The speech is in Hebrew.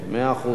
מאה אחוז.